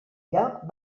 lloc